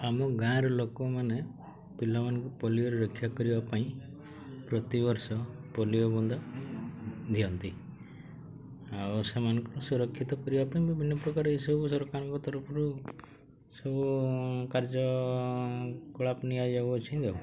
ଆମ ଗାଁର ଲୋକମାନେ ପିଲାମାନଙ୍କୁ ପୋଲିଓରୁ ରକ୍ଷା କରିବା ପାଇଁ ପ୍ରତିବର୍ଷ ପୋଲିଓ ବୁନ୍ଦା ଦିଅନ୍ତି ଆଉ ସେମାନଙ୍କୁ ସୁରକ୍ଷିତ କରିବା ପାଇଁ ବିଭିନ୍ନ ପ୍ରକାର ଏଇସବୁ ସରକାରଙ୍କ ତରଫରୁ ସବୁ କାର୍ଯ୍ୟକଳାପ ନିଆଯାଉଅଛି ଆଉ